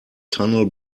tunnel